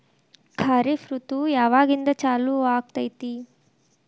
ಖಾರಿಫ್ ಋತು ಯಾವಾಗಿಂದ ಚಾಲು ಆಗ್ತೈತಿ?